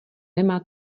nemá